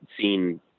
seen